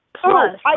Plus